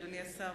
אדוני השר,